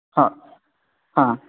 ಹಾಂ ಹಾಂ